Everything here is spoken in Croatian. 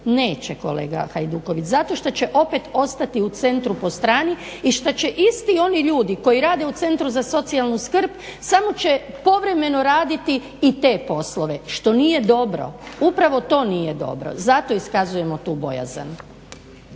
Neće kolega Hajduković, zato što će opet ostati u centru po strani i što će isti oni ljudi koji rade u centru za socijalnu skrb samo će povremeno raditi i te poslove što nije dobro, upravo to nije dobro. Zato iskazujemo tu bojazan.